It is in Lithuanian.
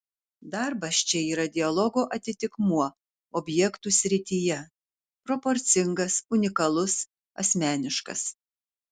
darbas čia yra dialogo atitikmuo objektų srityje proporcingas unikalus asmeniškas